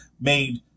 made